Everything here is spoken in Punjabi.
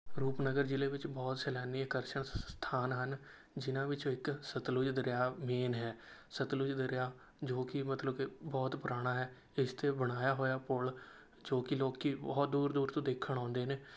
ਰੂਪਨਗਰ ਜ਼ਿਲ੍ਹੇ ਵਿੱਚ ਬਹੁਤ ਸੈਲਾਨੀ ਆਕਰਸ਼ਣ ਸਥਾਨ ਹਨ ਜਿਨ੍ਹਾਂ ਵਿੱਚੋਂ ਇੱਕ ਸਤਲੁਜ ਦਰਿਆ ਮੇਨ ਹੈ ਸਤਲੁਜ ਦਰਿਆ ਜੋ ਕਿ ਮਤਲਬ ਕਿ ਬਹੁਤ ਪੁਰਾਣਾ ਹੈ ਇਸ 'ਤੇ ਬਣਾਇਆ ਹੋਇਆ ਪੁਲ ਜੋ ਕਿ ਲੋਕ ਬਹੁਤ ਦੂਰ ਦੂਰ ਤੋਂ ਦੇਖਣ ਆਉਂਦੇ ਨੇ